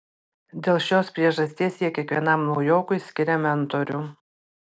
dėl šios priežasties jie kiekvienam naujokui skiria mentorių